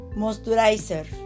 moisturizer